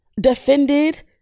defended